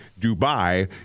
Dubai